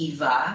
Eva